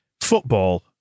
football